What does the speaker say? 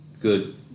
good